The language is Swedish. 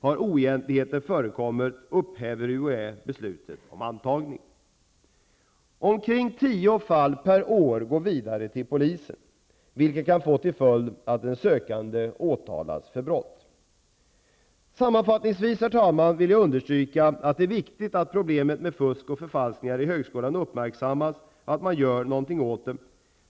Har oegentligheter förekommit upphäver UHÄ Omkring tio fall per år går vidare till polisen, vilket kan få till följd att den sökande åtalas för brott. Herr talman! Sammanfattningsvis vill jag understryka att det är viktigt att problemet med fusk och förfalskningar i högskolan uppmärksammas och att något görs åt det.